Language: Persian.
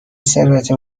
ثروت